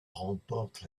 remporte